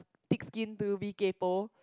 thick skin to be kaypoh